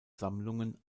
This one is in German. sammlungen